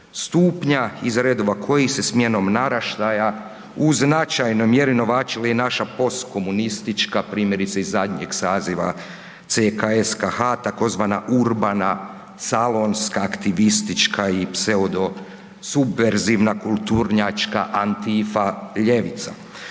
stupnja iz redova kojih se smjenom naraštaja u značajnoj mjeri novačili naša post komunistička, primjerice iz zadnjeg saziva CKSKH tzv. urbana salonska, aktivistička i pseudo subverzivna kulturnjačka antifa ljevica.